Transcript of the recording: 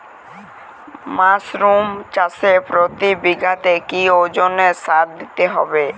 Mushroom চাষে প্রতি বিঘাতে কি ওজনে সার দিতে হবে?